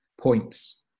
points